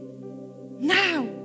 now